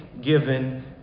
given